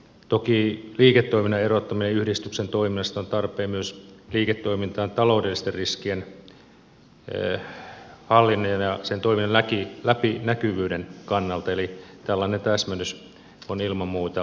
toki liiketoiminnan erottaminen yhdistyksen toiminnasta on tarpeen myös liiketoiminnan taloudellisten riskien hallinnan ja sen toiminnan läpinäkyvyyden kannalta eli tällainen täsmennys on ilman muuta tarpeen